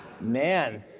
Man